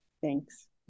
Thanks